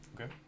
Okay